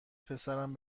پسرم